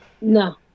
no